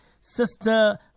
Sister